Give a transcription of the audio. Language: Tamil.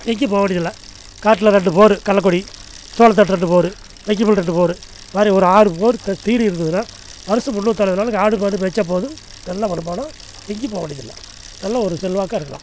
எங்கேயும் போகவேண்டியதில்ல காட்டில் ரெண்டு போர் கடலக்கொடி சோளத்தட்டு ரெண்டு போர் வைக்கப்புல் ரெண்டு போர் இதைமாரி ஒரு ஆறு போர் தீனி இருந்ததுன்னா வருஷம் முன்னூற்று அறுபது நாளும் ஆடு மாடு மேய்ச்சா போதும் நல்ல வருமானம் எங்கையும் போவேண்டியதில்லை நல்ல ஒரு செல்வாக்காக இருக்கலாம்